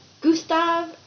Gustav